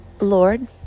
Lord